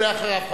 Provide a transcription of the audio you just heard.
ואחריו,